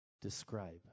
describe